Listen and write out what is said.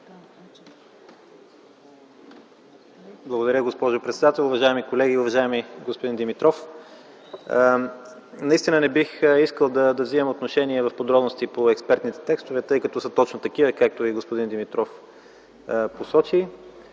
Благодаря, госпожо председател. Уважаеми колеги, уважаеми господин Димитров! Не бих искал да вземам отношение в подробности по експертните текстове, тъй като са точно такива, както и господин Димитров посочи.